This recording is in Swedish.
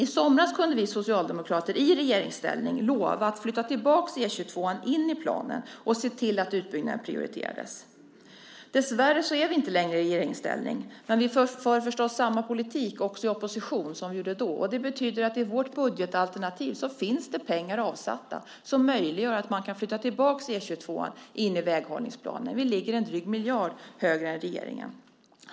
I somras kunde vi socialdemokrater, i regeringsställning, lova att flytta tillbaka E 22:an in i planen och se till att utbyggnaden prioriterades. Dessvärre är vi inte längre i regeringsställning, men vi för förstås samma politik också i opposition som vi gjorde då. Det betyder att i vårt budgetalternativ finns det pengar avsatta som möjliggör att man kan flytta tillbaka E 22:an in i väghållningsplanen. Vi ligger en dryg miljard högre än regeringen.